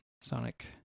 sonic